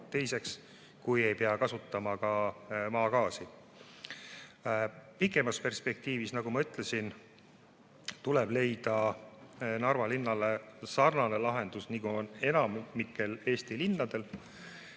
teiseks, kui ei pea kasutama ka maagaasi. Pikemas perspektiivis, nagu ma ütlesin, tuleb leida Narva linnale sarnane lahendus, nagu on enamikul Eesti linnadel.